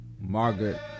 Margaret